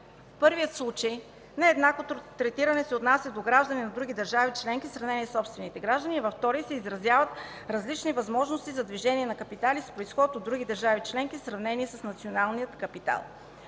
първия случай нееднаквото третиране се отнася до граждани на други държави членки в сравнение със собствените граждани, а във втория се изразяват различни възможности за движение на капитали с произход от други държави членки в сравнение с националния капитал.